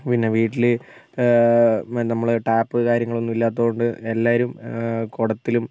പിന്നെ വീട്ടിൽ നമ്മൾ ടാപ്പ് കാര്യങ്ങളൊന്നും ഇല്ലാത്തോണ്ട് എല്ലാവരും കുടത്തിലും